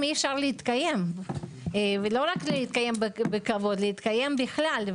אי אפשר להתקיים בכבוד, ולהתקיים בכלל,